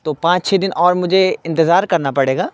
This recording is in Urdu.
تو پانچ چھ دن اور مجھے انتظار کرنا پڑے گا